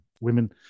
women